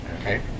Okay